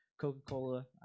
Coca-Cola